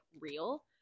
real